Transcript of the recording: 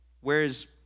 Whereas